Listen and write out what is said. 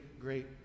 great